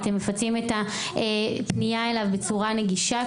אתם מפיצים את הפנייה אליו בצורה נגישה,